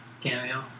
cameo